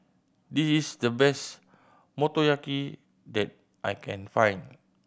this is the best Motoyaki that I can find